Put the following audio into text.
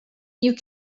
you